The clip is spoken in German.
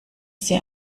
sie